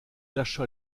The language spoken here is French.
lâcha